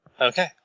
Okay